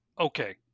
Okay